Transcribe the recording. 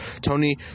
Tony